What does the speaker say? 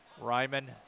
Ryman